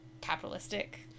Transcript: capitalistic